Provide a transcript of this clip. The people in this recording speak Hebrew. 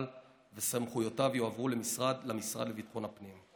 וסמכויותיו יועברו למשרד לביטחון הפנים,